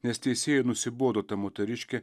nes teisėjai nusibodo ta moteriškė